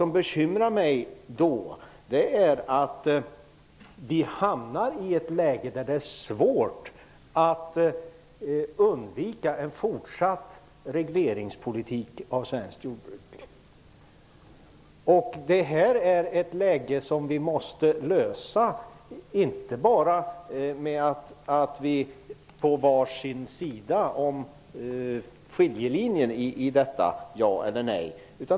Det bekymrar mig att vi hamnar i ett läge då det är svårt att undvika en fortsatt regleringspolitik av det svenska jordbruket. Detta är något som vi måste lösa, inte bara på varsin sida av skiljelinjen mellan detta ja eller nej.